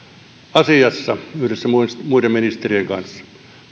asiassa yhdessä muiden ministerien kanssa